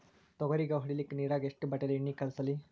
ತೊಗರಿಗ ಹೊಡಿಲಿಕ್ಕಿ ನಿರಾಗ ಎಷ್ಟ ಬಾಟಲಿ ಎಣ್ಣಿ ಕಳಸಲಿ?